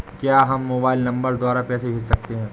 क्या हम mobile number द्वारा पैसे भेज सकते हैं?